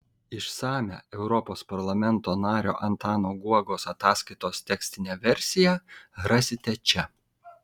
išsamią europos parlamento nario antano guogos ataskaitos tekstinę versiją rasite čia